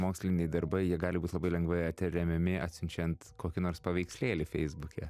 moksliniai darbai jie gali būt labai lengvai atremiami atsiunčiant kokį nors paveikslėlį feisbuke